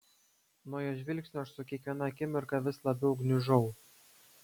nuo jos žvilgsnio aš su kiekviena akimirka vis labiau gniužau